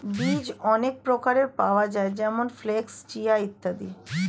বীজ অনেক প্রকারের পাওয়া যায় যেমন ফ্ল্যাক্স, চিয়া ইত্যাদি